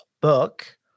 book